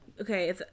Okay